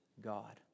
God